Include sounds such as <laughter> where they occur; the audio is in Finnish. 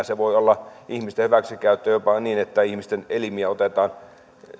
<unintelligible> se voi olla ihmisten hyväksikäyttöä jopa niin että ihmisten elimiä otetaan